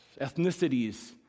ethnicities